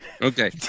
Okay